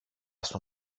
στον